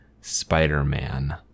Spider-Man